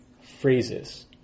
phrases